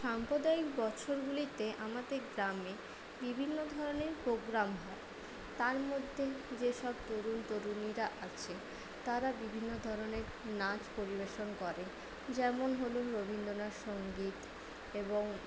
সাম্প্রদায়িক বছরগুলিতে আমাদের গ্রামে বিভিন্ন ধরণের প্রোগ্রাম হয় তার মধ্যে যে সব তরুন তরুণীরা আছে তারা বিভিন্ন ধরণের নাচ পরিবেশন করে যেমন হলো রবীন্দ্রনাথ সঙ্গীত এবং